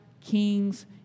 kings